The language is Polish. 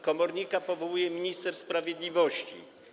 Komornika powołuje minister sprawiedliwości.